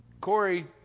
Corey